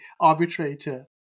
arbitrator